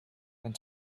and